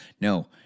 no